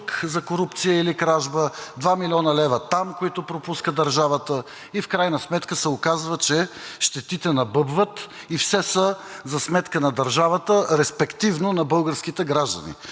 за корупция или кражба, 2 млн. лв. – там, които пропуска държавата, и в крайна сметка се оказва, че щетите набъбват и все са за сметка на държавата, респективно на българските граждани.